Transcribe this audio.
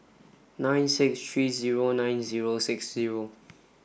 nine six three zero nine zero six zero